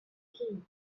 king